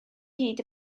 hyd